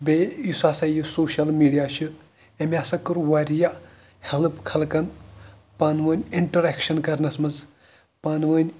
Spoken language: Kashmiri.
بیٚیہِ یُس ہَسا یہِ سوشَل میٖڈیا چھِ أمۍ ہَسا کٔر واریاہ ہٮ۪لٕپ خلقَن پانہٕ ؤنۍ اِنٹَریکشَن کَرنَس منٛز پانہٕ ؤنۍ